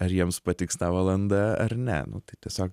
ar jiems patiks ta valanda ar ne nu tai tiesiog